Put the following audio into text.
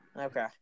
Okay